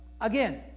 again